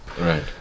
Right